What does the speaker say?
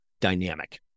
dynamic